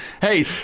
Hey